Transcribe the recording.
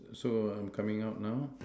so I'm coming out now